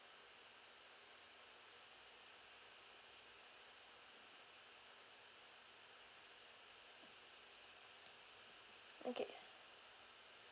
okay